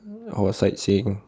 oh sightseeing